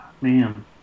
Man